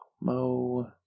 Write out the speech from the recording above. mo